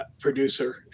producer